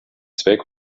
zweck